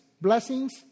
blessings